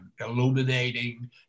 illuminating